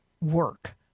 work